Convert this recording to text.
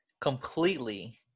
completely –